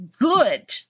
good